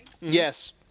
Yes